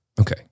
Okay